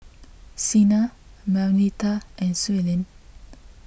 Sina Marnita and Suellen